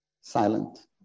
Silent